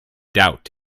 doubt